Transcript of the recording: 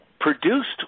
produced